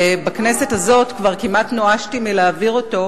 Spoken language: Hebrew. בכנסת הזאת כבר כמעט נואשתי מלהעביר אותו,